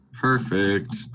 Perfect